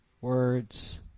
words